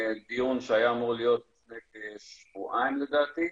דיון שהיה אמור להיות לפני כשבועיים, לדעתי,